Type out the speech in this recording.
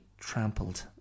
trampled